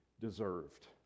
deserved